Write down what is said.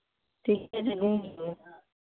ठीके छै घुमबै